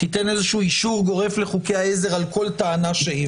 תיתן איזשהו אישור גורף לחוקי העזר על כל טענה שהיא,